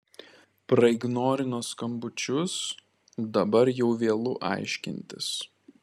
praignorino skambučius dabar jau vėlu aiškintis